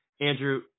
Andrew